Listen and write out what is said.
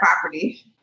property